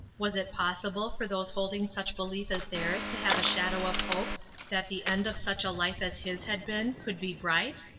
was it possible for those holding such belief as theirs to have a shadow of hope that the end of such a life as his had been could be bright?